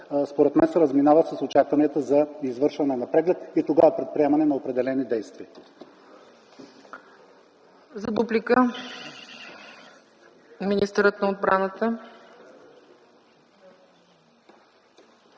степен се разминава с очакванията за извършване на преглед и тогава предприемане на определени действия.